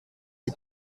est